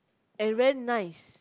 and very nice